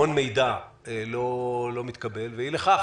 המון מידע לא מתקבל ואי לכך,